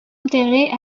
enterrés